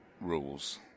rules